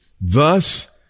thus